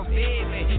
baby